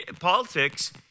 politics